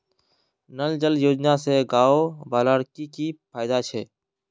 नल जल योजना से गाँव वालार की की फायदा छे?